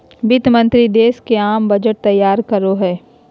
वित्त मंत्रि देश के आम बजट तैयार करो हइ